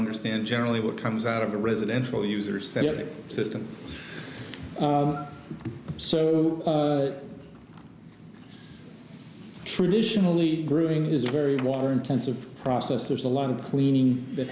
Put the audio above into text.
understand generally what comes out of the residential users that it system traditionally grueling is very water intensive process there's a lot of cleaning that